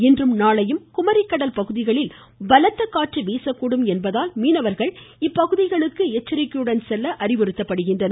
இன்றும் நாளையும் குமரிக்கடல் பகுதிகளில் பலத்த காற்று வீசக்கூடும் மீனவர்கள் இப்பகுதிகளுக்கு எச்சரிக்கையுடன் செல்ல என்பதல் அறிவுறுத்தப்படுகிறார்கள்